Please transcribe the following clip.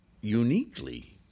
uniquely